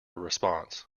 response